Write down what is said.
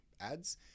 ads